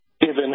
given